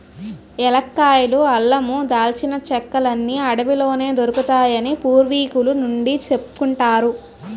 ఏలక్కాయలు, అల్లమూ, దాల్చిన చెక్కలన్నీ అడవిలోనే దొరుకుతాయని పూర్వికుల నుండీ సెప్పుకుంటారు